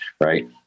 Right